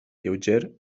lleuger